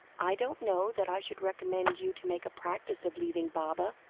i don't know that i should recommend you to make a practice of leaving baba,